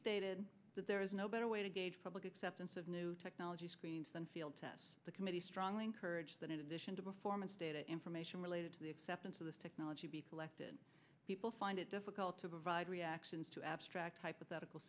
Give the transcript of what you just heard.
stated that there is no better way to gauge public acceptance of new technology screens than field tests the committee strongly encourage that in addition to performance data information related to the acceptance of this technology be collected people find it difficult to provide reactions to abstract hypothetical